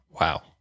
Wow